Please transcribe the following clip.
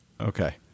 Okay